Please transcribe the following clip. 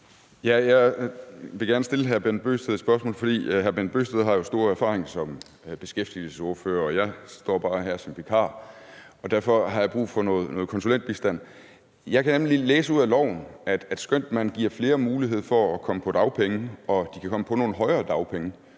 Jeg vil gerne stille hr. Bent Bøgsted et spørgsmål, fordi hr. Bent Bøgsted jo har stor erfaring som beskæftigelsesordfører. Jeg står bare her som vikar, og derfor har jeg brug for noget konsulentbistand. Jeg kan nemlig læse ud af lovforslaget, at skønt man giver flere mulighed for at komme på dagpenge og for at komme på højere dagpenge,